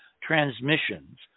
transmissions